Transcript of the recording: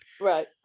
right